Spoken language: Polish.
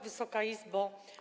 Wysoka Izbo!